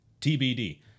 TBD